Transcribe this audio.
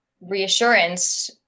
reassurance